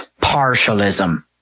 partialism